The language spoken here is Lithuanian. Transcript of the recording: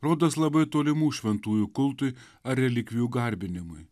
rodos labai tolimų šventųjų kultui ar relikvijų garbinimui